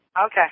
Okay